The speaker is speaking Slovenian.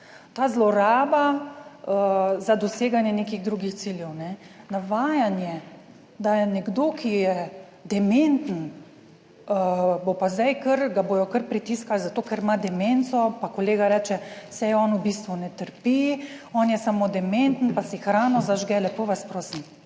Ta zloraba za doseganje nekih drugih ciljev, navajanje, da je nekdo, ki je dementen, ga bodo kar pritiskali, zato ker ima demenco, pa kolega reče, saj on v bistvu ne trpi, on je samo dementen, pa si hrano zažge. Lepo vas prosim.